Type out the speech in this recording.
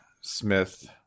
Smith